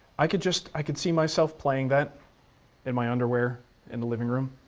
i could just, i could see myself playing that in my underwear in the living room.